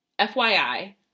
FYI